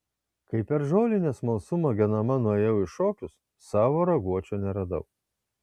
kai per žolinę smalsumo genama nuėjau į šokius savo raguočio neradau